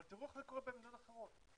תראו איך זה קורה במדינות אחרות,